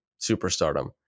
superstardom